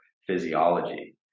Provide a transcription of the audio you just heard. physiology